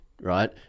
right